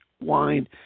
wine